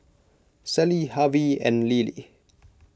Sally Harvie and Lillie